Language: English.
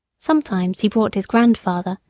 sometimes he brought his grandfather,